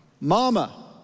Mama